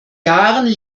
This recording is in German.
jahren